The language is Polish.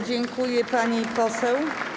Dziękuję, pani poseł.